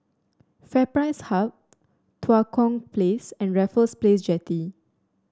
FairPrice Hub Tua Kong Place and Raffles Place Jetty